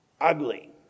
ugly